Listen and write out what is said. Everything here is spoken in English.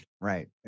Right